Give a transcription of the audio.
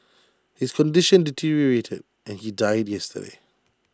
his condition deteriorated and he died yesterday